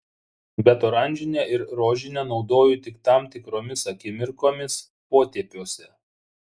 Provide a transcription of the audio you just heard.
bet oranžinę ir rožinę naudoju tik tam tikromis akimirkomis potėpiuose